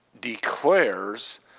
declares